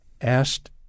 asked